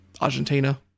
Argentina